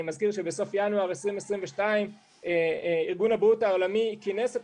אני מזכיר שבסוף ינואר 2022 ארגון הבריאות העולמי כינס את